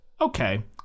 okay